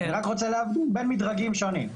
אני רק רוצה להבדיל בין מדרגים שונים.